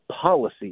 policy